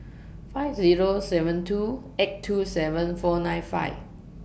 five Zero seven two eight two seven four nine five